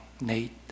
Nate